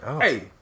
Hey